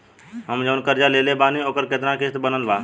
हम जऊन कर्जा लेले बानी ओकर केतना किश्त बनल बा?